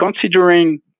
considering